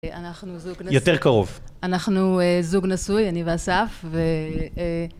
אנחנו זוג נשוי. יותר קרוב. אנחנו זוג נשוי, אני ואסף ואהה...